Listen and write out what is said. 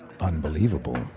unbelievable